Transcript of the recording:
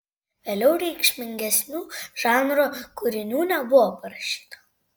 vėliau reikšmingesnių žanro kūrinių nebuvo parašyta